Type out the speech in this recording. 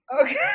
okay